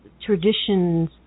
traditions